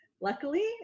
Luckily